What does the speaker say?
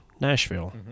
Nashville